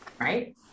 right